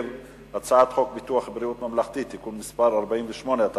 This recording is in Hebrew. ביקש חבר הכנסת אלי אפללו לשוב ולהיות מציע של